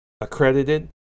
accredited